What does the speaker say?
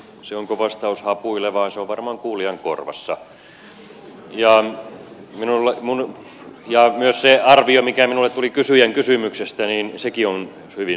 se onko vastaus hapuileva on varmaan kuulijan korvassa ja myös se arvio mikä minulle tuli kysyjän kysymyksestä on hyvin subjektiivinen